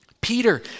Peter